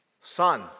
Son